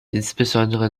insbesondere